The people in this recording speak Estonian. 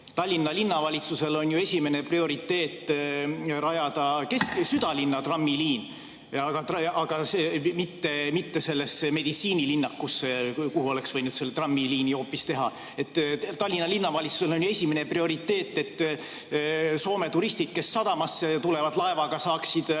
Tallinna Linnavalitsusel on ju esimene prioriteet rajada südalinna trammiliin, aga mitte sellesse meditsiinilinnakusse, kuhu oleks võinud selle trammiliini hoopis teha. Tallinna Linnavalitsusel on ju esimene prioriteet, et Soome turistid, kes laevaga sadamasse tulevad, saaksid